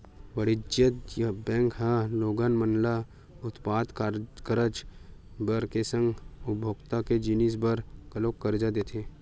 वाणिज्य बेंक ह लोगन मन ल उत्पादक करज बर के संग उपभोक्ता के जिनिस बर घलोक करजा देथे